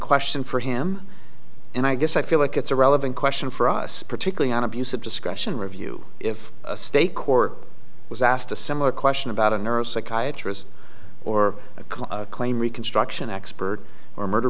question for him and i guess i feel like it's a relevant question for us particularly on abuse of discretion review if a state court was asked a similar question about a nurse akai a tryst or a claim reconstruction expert or murder